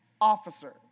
officer